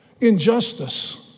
injustice